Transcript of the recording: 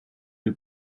new